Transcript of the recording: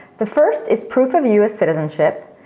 the first is proof of us citizenship.